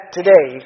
today